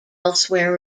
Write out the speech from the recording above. elsewhere